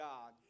God